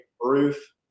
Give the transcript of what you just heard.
Roof